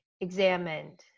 examined